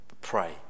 pray